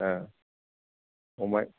ए हरबाय